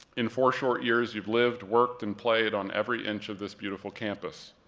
in four short years, you've lived, worked, and played on every inch of this beautiful campus,